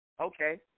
Okay